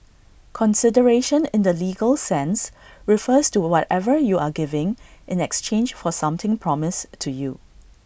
consideration in the legal sense refers to whatever you are giving in exchange for something promised to you